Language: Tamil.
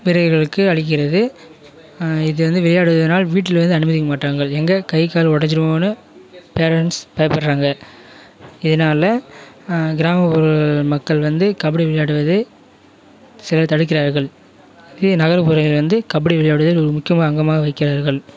வீரர்களுக்கு அளிக்கிறது இது வந்து விளையாடுவதினால் வீட்டில் வந்து அனுமதிக்க மாட்டாங்கள் எங்கள் கை கால் ஒடஞ்சிருமோனு பேரென்ட்ஸ் பயப்புடுகிறாங்க இதனால கிராமப்புற மக்கள் வந்து கபடி விளையாடுவதை சிலர் தடுக்கிறார்கள் இதே நகர்புறங்களில் வந்து கபடி விளையாடுவதில் ஒரு முக்கியமாக அங்கமாக வகிக்கிறார்கள்